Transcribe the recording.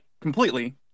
completely